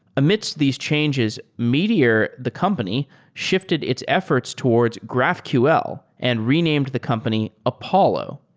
amidst these changes, meteor, the company shifted its efforts towards graphql and renamed the company apollo.